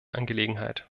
angelegenheit